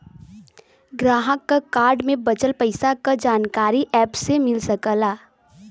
ग्राहक क कार्ड में बचल पइसा क जानकारी एप से मिल सकला